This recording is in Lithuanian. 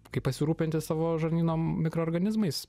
kaip pasirūpinti savo žarnyno mikroorganizmais